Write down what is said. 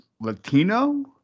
Latino